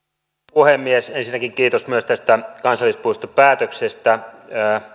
puhemies ensinnäkin kiitos myös tästä kansallispuistopäätöksestä